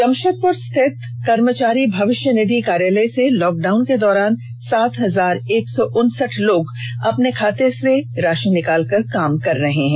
जमषेदपुर स्थित कर्मचारी भविष्य निधि कार्यालय से लॉकडाउन के दौरान सात हजार एक सौ उनसठ लोग अॅपने खाते से राषि निकालकर काम कर रहे हैं